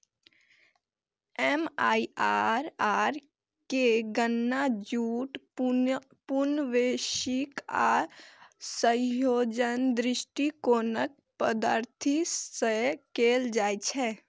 MIRR केर गणना छूट, पुनर्निवेश आ संयोजन दृष्टिकोणक पद्धति सं कैल जाइ छै